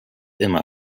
immer